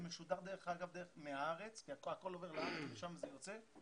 זה משודר מהארץ, הכול עובר לארץ ומשם זה יוצא.